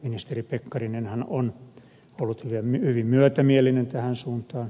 ministeri pekkarinenhan on ollut hyvin myötämielinen tähän suuntaan